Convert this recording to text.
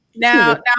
Now